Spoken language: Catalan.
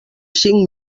cinc